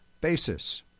basis